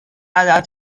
عدد